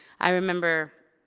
i remember,